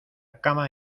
cama